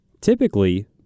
Typically